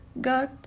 God